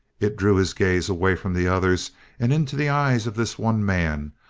it drew his gaze away from the others and into the eyes of this one man,